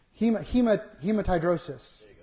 Hematidrosis